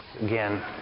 again